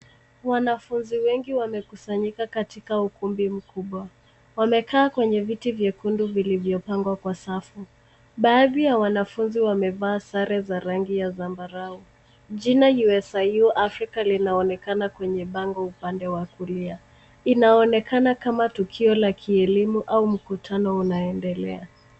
Wanafunzi wengi wamekusanyika katika ukumbi mkubwa. Wamekaa kwenye viti vyekundu vilivyopangwa kwa safu. Baadhi ya wanafunzi wamevaa sare za rangi ya zambarau. Jina USIU Africa linaonekana kwenye bango upande wa kulia. Inaonekana kama tukio la kielimu au mkutano unaendelea.